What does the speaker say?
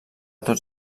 tots